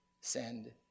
send